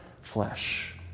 flesh